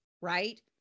right